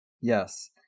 Yes